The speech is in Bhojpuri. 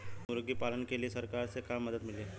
मुर्गी पालन के लीए सरकार से का मदद मिली?